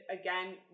again